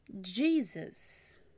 Jesus